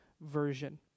Version